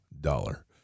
Dollar